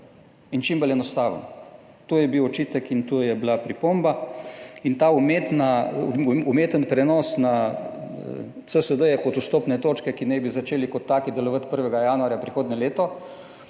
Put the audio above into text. in čim bolj enostaven. To je bil očitek in to je bila pripomba in ta umetna, umeten prenos na CSD kot vstopne točke, ki naj bi začeli kot taki delovati 1. januarja prihodnje leto,